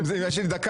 אם זה עניין של דקה,